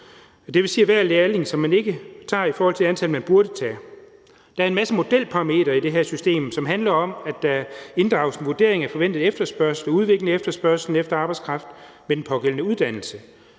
det vil sige hver lærling, som de ikke tager, i forhold til det antal som de burde tage. Og der er en masse modelparametre i det her system, som handler om, at der inddrages en vurdering af den forventede efterspørgsel og udviklingen i efterspørgslen efter arbejdskraft med den pågældende uddannelse.